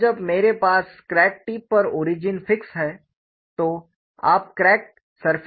और जब मेरे पास क्रैक टिप पर ओरिजिन फिक्स्ड है तो आप क्रैक सरफेस को कैसे डिफाइन करेंगे